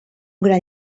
gran